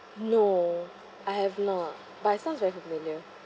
no I have not but it sounds very familiar